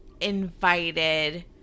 invited